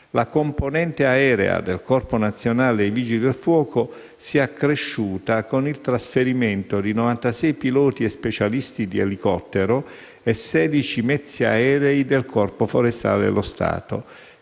la componente aerea del Corpo nazionale dei vigili del fuoco si è accresciuta con il trasferimento di 96 piloti e specialisti di elicottero e 16 mezzi aerei del Corpo forestale dello Stato,